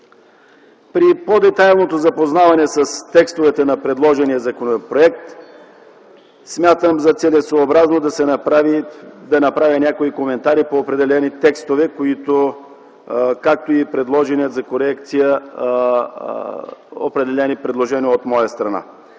При по-детайлното запознаване с текстовете на предложения законопроект смятам за целесъобразно да направя някои коментари по определени текстове, както и определени предложения за корекция от моя страна.